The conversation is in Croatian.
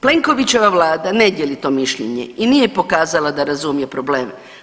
Plenkovićeva vlada ne dijeli to mišljenje i nije pokazala da razumije problem.